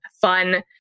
fun